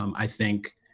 um i think